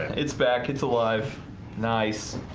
it's back. it's alive nice